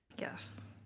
Yes